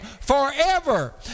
forever